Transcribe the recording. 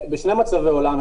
בשני מצבי עולם,